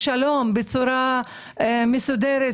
לא זכאים להשלמת סל הקליטה